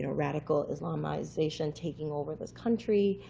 and radical islamization taking over this country.